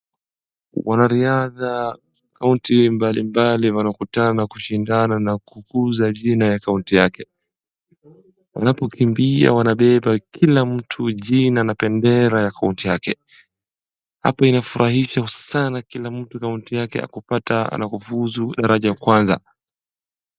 Wanariadha kaunti mbalimbali wanakutana, kushindana na kukunza jina ya kaunti yake. Wanapokimbia wanabeba kila mtu jina na bendera ya kaunti yake. Hapo inafurahisha sana kila mtu kaunti yake kupata na kufunzu daraja ya kwanza.